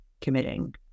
committing